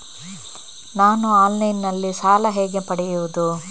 ನಾನು ಆನ್ಲೈನ್ನಲ್ಲಿ ಸಾಲ ಹೇಗೆ ಪಡೆಯುವುದು?